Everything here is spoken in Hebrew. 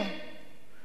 היא טענה נבובה.